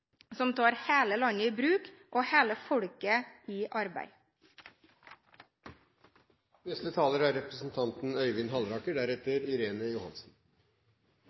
som tar hele landet i bruk og får hele folket i arbeid. Det har på mange måter vært en forutsigbar debatt, og representanten